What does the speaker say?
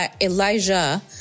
Elijah